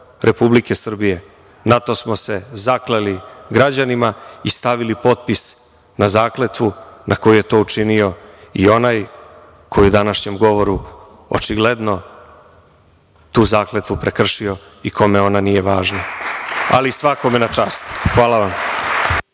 Republike Srbije. Na to smo se zakleli građanima i stavili potpis na zakletvu na koju je to učinio i onoj ko je u današnjem govoru očigledno tu zakletvu prekršio i kome ona nije važna ali svakome na čast. Hvala vam.